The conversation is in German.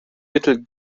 mittel